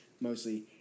mostly